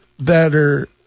better